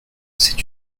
c’est